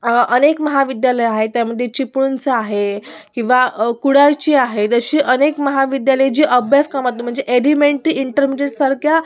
अनेक महाविद्यालयं आहे त्यामध्ये चिपळूणचं आहे किंवा कुडाळची आहे अशी अनेक महाविद्यालयं जी अभ्यासक्रमात म्हणजे एलिमेंटी इंटरमिजीएटसारख्या